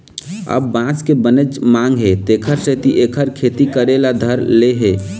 अब बांस के बनेच मांग हे तेखर सेती एखर खेती करे ल धर ले हे